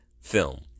film